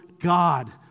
God